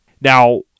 Now